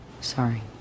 Sorry